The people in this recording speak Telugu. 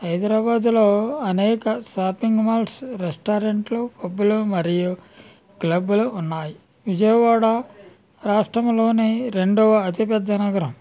హైదరాబాదులో అనేక షాపింగ్ మాల్స్ రెస్టారెంట్లు పబ్బులు మరియు క్లబ్బులు ఉన్నాయి విజయవాడ రాష్ట్రంలోని రెండవ అతిపెద్ద నగరం